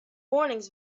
warnings